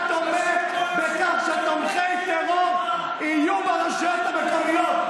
תומך בכך שתומכי טרור יהיו ברשויות המקומיות.